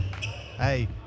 hey